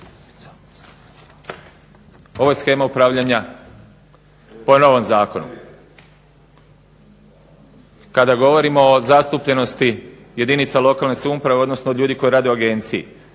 Ovo je shema upravljanja po novom zakonu. Kada govorimo o zastupljenosti jedinica lokalne samouprave, odnosno od ljudi koji rade u agenciji.